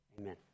Amen